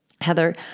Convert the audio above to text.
Heather